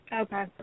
Okay